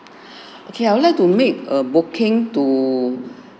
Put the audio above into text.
okay I would like to make a booking to